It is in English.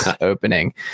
opening